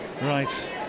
Right